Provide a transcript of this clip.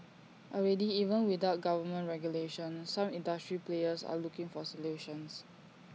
already even without government regulation some industry players are looking for solutions